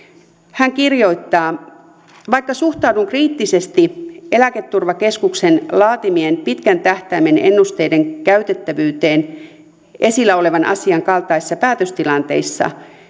hän kirjoittaa vaikka suhtaudun kriittisesti eläketurvakeskuksen laatimien pitkän tähtäimen ennusteiden käytettävyyteen esillä olevan asian kaltaisissa päätöstilanteissa